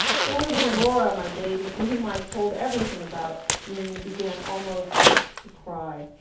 poor little laura, my baby, to whom i had told everything about dean, began almost to cry.